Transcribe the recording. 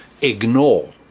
ignore